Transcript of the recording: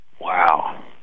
Wow